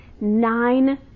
Nine